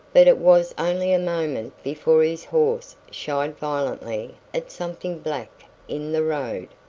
but it was only a moment before his horse shied violently at something black in the road.